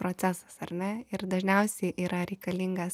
procesas ar ne ir dažniausiai yra reikalingas